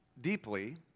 deeply